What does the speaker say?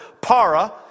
para